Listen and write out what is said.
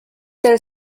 their